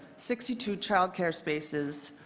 sixty two child care spaces,